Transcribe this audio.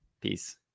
Peace